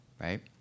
right